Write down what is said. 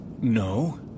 no